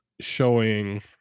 showing